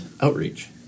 outreach